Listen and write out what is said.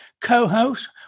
co-host